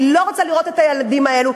היא לא רוצה לראות את הילדים האלה,